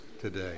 today